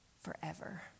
forever